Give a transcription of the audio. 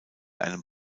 einem